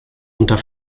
unter